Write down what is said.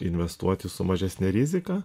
investuoti su mažesne rizika